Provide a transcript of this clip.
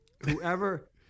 whoever